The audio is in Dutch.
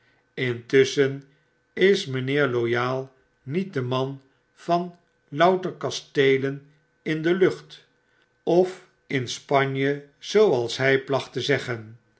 intusschen is mijnheer loyal niet de man van louter kasteelen in de lucht of in spanje zooals hij